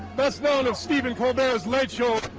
best known as stephen colbert's late show.